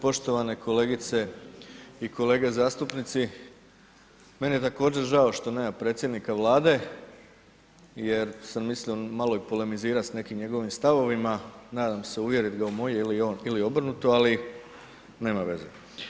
Poštovane kolegice i kolege zastupnici, meni je također žao što nema predsjednika Vlade jer sam mislio malo i polemizirati s nekim njegovim stavovima, nadam se uvjerit ga u moje ili obrnuto, ali nema veze.